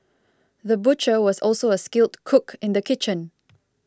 the butcher was also a skilled cook in the kitchen